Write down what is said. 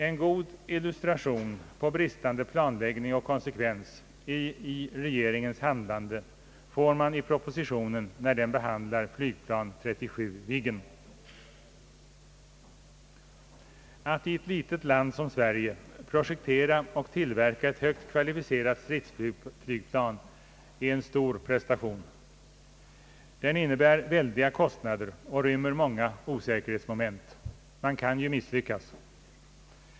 En god illustration på bristande planläggning och konsekvens i regeringens handlande får man i propositionen när den behandlar flygplan 37 Viggen. Att i ett litet land som Sverige projektera och tillverka ett högt kvalificerat stridsflygplan är en stor prestation. Den innebär stora kostnader och rymmer många osäkerhetsmoment — man kan ju misslyckas.